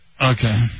Okay